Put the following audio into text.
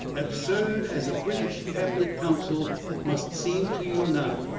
absurd as a british cabinet council must seem to you now,